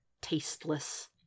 tasteless